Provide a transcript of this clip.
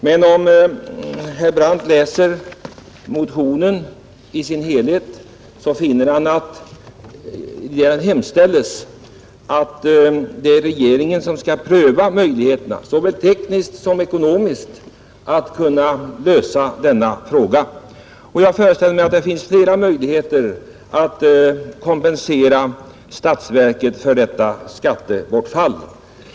Men om herr Brandt läser motionen: 625 i dess helhet skall han finna att där sägs att regeringen skall pröva säväl de tekniska som de ekonomiska möjligheterna att lösa detta problem. Jag föreställer mig dessutom att det finns en hel del möjligheter att kompensera staten för detta skattebortfall.